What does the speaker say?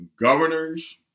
Governors